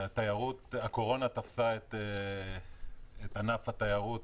הקורונה תפסה את ענף התיירות,